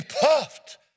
puffed